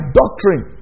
doctrine